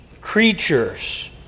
creatures